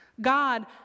God